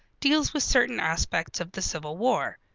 deals with certain aspects of the civil war.